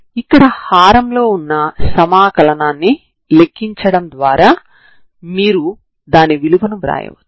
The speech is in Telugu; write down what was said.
u2 00 0 కాబట్టి u2 00 14c2 ∬0hξηdξ dη మాత్రమే మిగులుతుంది సరేనా